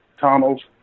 tunnels